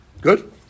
Good